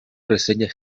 reseñas